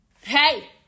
Hey